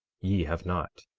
ye have not.